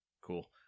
Cool